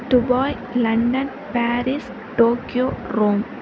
Dubai London Paris Tokyo Rome